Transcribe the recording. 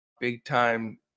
Big-time